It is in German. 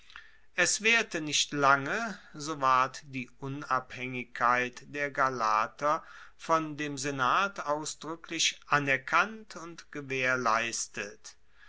es waehrte nicht lange so ward die unabhaengigkeit der galater von dem senat ausdruecklich anerkannt und gewaehrleistet